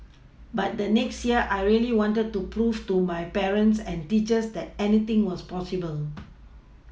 but the next year I really wanted to prove to my parents and teachers that anything was possible